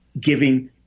giving